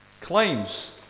claims